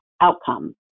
outcome